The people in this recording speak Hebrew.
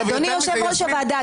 אדוני יושב ראש הוועדה,